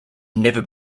never